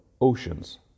oceans